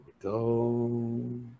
go